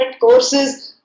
courses